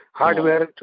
hardware